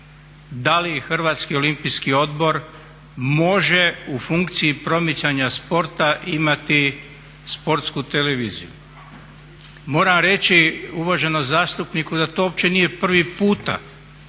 da li Hrvatski olimpijski odbor može u funkciji promicanja sporta imati Sportsku televiziju. Moram reći uvaženom zastupniku da to uopće nije prvi puta